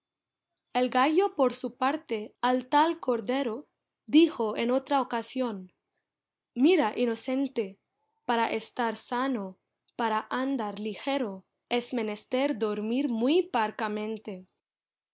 el gallo por su parte al tal cordero dijo en otra ocasión mira inocente para estar sano para andar ligero es menester dormir muy parcamente